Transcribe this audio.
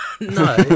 No